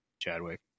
Chadwick